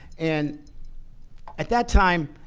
and at that time,